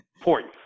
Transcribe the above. point